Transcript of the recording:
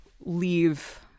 leave